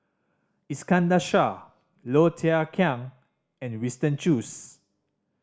Iskandar Shah Low Thia Khiang and Winston Choos